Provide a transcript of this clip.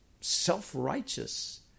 self-righteous